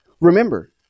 remember